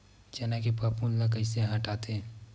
चना के फफूंद ल कइसे हटाथे?